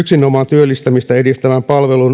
työllistymistä edistävään